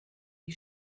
die